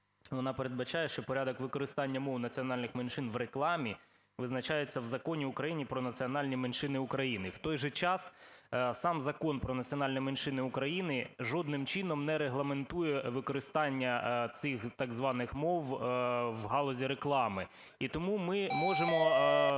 вона передбачає, що порядок використання мов національних меншин в рекламі визначається в Законі України "Про національні меншини в Україні". В той же час, сам Закон "Про національні меншини в Україні" жодним чином не регламентує використання цих так званих мов в галузі реклами. І тому ми можемо